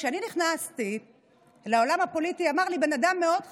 כשאני נכנסתי לעולם הפוליטי אמר לי בן אדם מאוד חכם: